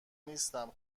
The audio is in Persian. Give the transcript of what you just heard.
نیستم